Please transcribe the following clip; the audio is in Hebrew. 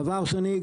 דבר שני,